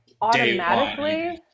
automatically